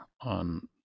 on